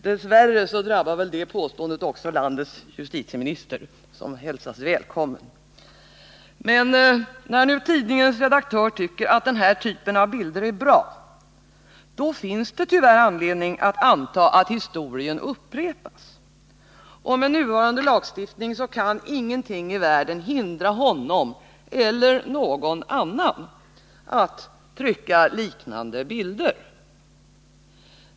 Dess värre drabbar väl det påståendet också landets justitieminister, som hälsas välkommen. När nu tidningens redaktör tycker att den här typen av bilder är bra, då finns det tyvärr anledning att anta att historien upprepas. Och med nuvarande lagstiftning kan ingenting i världen hindra honom eller någon annan från att trycka liknande bilder.